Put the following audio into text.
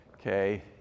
okay